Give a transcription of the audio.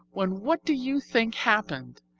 when what do you think happened?